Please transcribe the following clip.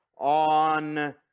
On